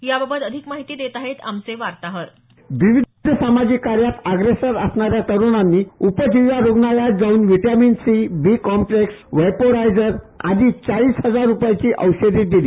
याबाबत अधिक माहिती देत आहेत आमचे वार्ताहर विविध सामाजिक कार्यात अग्रेसर असणाऱ्या तरुणांनी उपजिल्हा रुग्णालयात जाऊन vitamin C B complex vaporiser आदी चाळीस हजार रुपयांची औषधे दिली